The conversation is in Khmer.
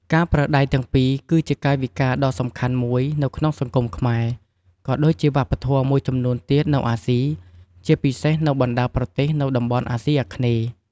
ការប្រើដៃទាំងពីរ គឺជាកាយវិការដ៏សំខាន់មួយនៅក្នុងសង្គមខ្មែរ ក៏ដូចជាវប្បធម៌មួយចំនួនទៀតនៅអាស៊ី ជាពិសេសនៅបណ្តាប្រទេសក្នុងតំបន់អាស៊ីអាគ្នេយ៍។